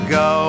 go